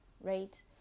right